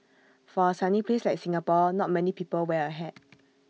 for A sunny place like Singapore not many people wear A hat